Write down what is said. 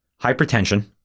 hypertension